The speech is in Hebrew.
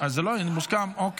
אני קובע כי